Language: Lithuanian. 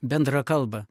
bendrą kalbą